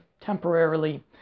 temporarily